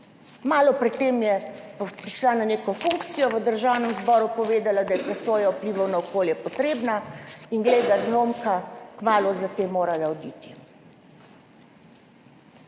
malo pred tem je prišla na neko funkcijo, v Državnem zboru, povedala, da je presoja vplivov na okolje potrebna in glej ga zlomka, kmalu za tem morala oditi.